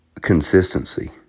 consistency